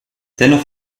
dennoch